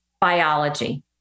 biology